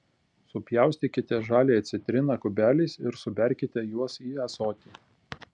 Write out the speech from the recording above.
supjaustykite žaliąją citriną kubeliais ir suberkite juos į ąsotį